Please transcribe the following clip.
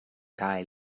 kaj